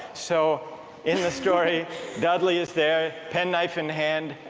so in the story dudley is there, pen knife in hand,